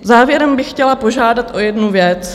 Závěrem bych chtěla požádat o jednu věc.